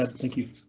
thank you.